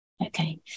Okay